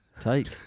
Take